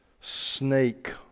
snake